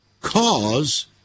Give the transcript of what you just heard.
cause